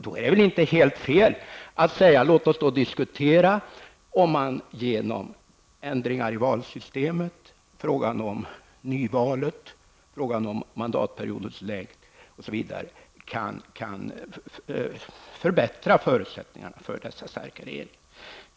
Då kan det väl inte vara fel att diskutera om man genom ändringar i valsystemet, t.ex. reglerna för nyval och mandatperiodens längd, kan skapa bättre förutsättningar för en stark regering.